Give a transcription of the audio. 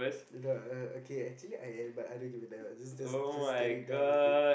you done oh okay actually I am but I don't give a damn just just just get it done with it